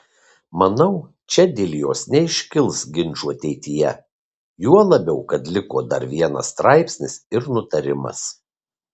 manau čia dėl jos neiškils ginčų ateityje juo labiau kad liko dar vienas straipsnis ir nutarimas